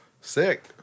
Sick